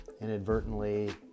inadvertently